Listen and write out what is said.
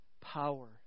power